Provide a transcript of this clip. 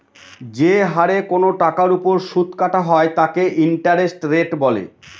যে হারে কোনো টাকার ওপর সুদ কাটা হয় তাকে ইন্টারেস্ট রেট বলে